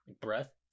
breath